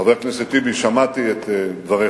חבר הכנסת טיבי, שמעתי את דבריך,